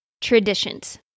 traditions